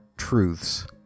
truths